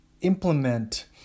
implement